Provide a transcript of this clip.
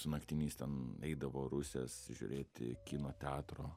su naktiniais ten eidavo rusės žiūrėti kino teatro